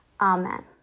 Amen